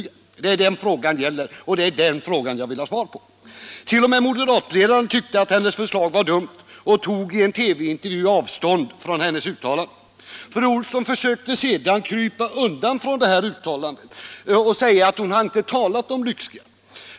Min fråga gäller alltså om man skall extrabeskatta dessa människor, och det är den frågan jag vill ha svar på. T. o. m. moderatledaren tyckte att hennes förslag var dumt och tog i en TV-intervju avstånd från hennes uttalande. Fru Olsson försökte sedan krypa undan från det här uttalandet och säga att hon inte har talat om lyxskatt.